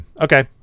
Okay